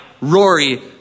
Rory